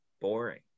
boring